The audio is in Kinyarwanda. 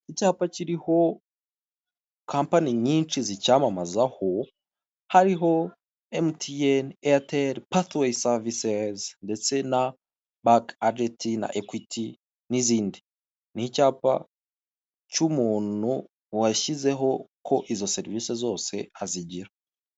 Icyapa kiriho kampani nyinshi zicyamamazaho, hariho emutiyeni, eyateli payi savisezi, ndetse na bake ajeti na ekwiti n'izindi, ni icyapa cy'umuntu washyizeho ko izo serivisi zose azigira.